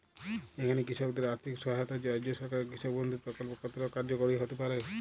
এখানে কৃষকদের আর্থিক সহায়তায় রাজ্য সরকারের কৃষক বন্ধু প্রক্ল্প কতটা কার্যকরী হতে পারে?